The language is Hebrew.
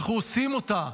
אנחנו עושים אותה.